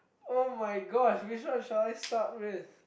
[oh]-my-gosh which one shall I start with